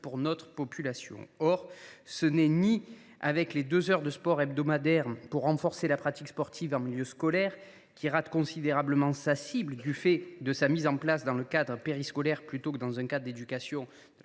notre population. Néanmoins, ce ne sont ni les deux heures de sport hebdomadaires pour renforcer la pratique sportive en milieu scolaire – cette mesure rate sa cible du fait de sa mise en place dans le cadre périscolaire plutôt que dans un cadre d’éducation à la